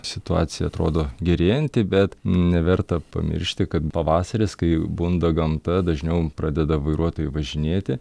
situacija atrodo gerėjanti bet neverta pamiršti kad pavasaris kai bunda gamta dažniau pradeda vairuotojai važinėti